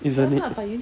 isn't it